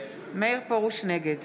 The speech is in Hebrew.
נגד